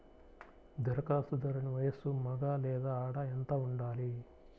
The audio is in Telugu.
ధరఖాస్తుదారుని వయస్సు మగ లేదా ఆడ ఎంత ఉండాలి?